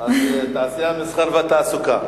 אז התעשייה, המסחר והתעסוקה.